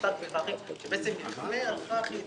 בנוסף לחח"י, שבעצם יכפה על חח"י את